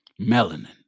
Melanin